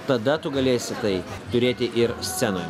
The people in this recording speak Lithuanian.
tada tu galėsi tai turėti ir scenoje